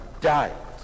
died